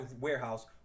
warehouse